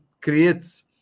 creates